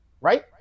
Right